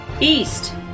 east